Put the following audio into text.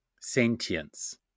sentience